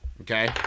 Okay